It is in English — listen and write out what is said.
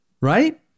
right